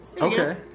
Okay